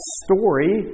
story